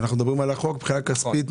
אנחנו מדברים על החוק מבחינה כספית,